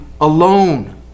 alone